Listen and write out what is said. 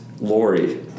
Lori